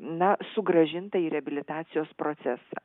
na sugrąžinta į reabilitacijos procesą